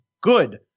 good